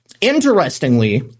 Interestingly